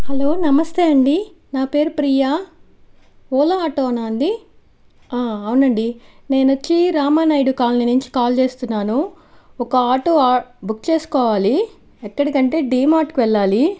hello నమస్తే అండీ నా పేరు ప్రియా ఓలా ఆటోనా అండీ అవునండి నేనొచ్చి రామానాయుడు కాలనీ నుంచి కాల్ చేస్తున్నాను ఒక ఆటో ఆ బుక్ చేసుకోవాలి ఎక్కడికంటే డిమార్ట్కి వెళ్ళాలి